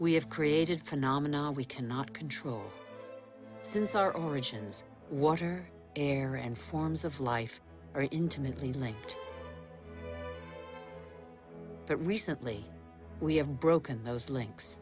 we have created phenomenon we cannot control since our origins water air and forms of life are intimately linked but recently we have broken those links